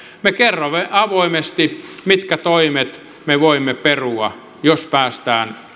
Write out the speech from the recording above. me kerromme avoimesti mitkä toimet me voimme perua jos päästään